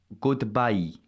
Goodbye